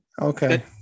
okay